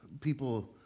people